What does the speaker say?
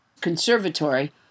Conservatory